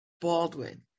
Baldwin